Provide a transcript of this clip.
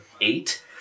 eight